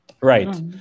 Right